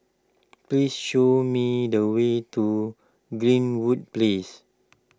please show me the way to Greenwood Place